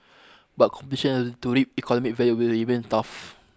but to reap economic value will remain tough